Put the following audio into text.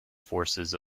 forces